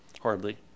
hardly